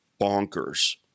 bonkers